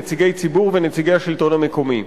נציגי ציבור ונציגי השלטון המקומי.